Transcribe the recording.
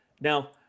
Now